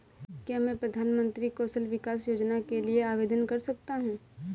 क्या मैं प्रधानमंत्री कौशल विकास योजना के लिए आवेदन कर सकता हूँ?